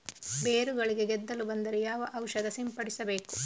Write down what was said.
ಬೇರುಗಳಿಗೆ ಗೆದ್ದಲು ಬಂದರೆ ಯಾವ ಔಷಧ ಸಿಂಪಡಿಸಬೇಕು?